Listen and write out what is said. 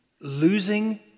losing